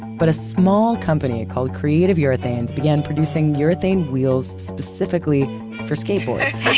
but a small company called creative urethanes began producing urethane wheels specifically for skateboards.